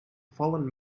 fallen